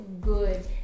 good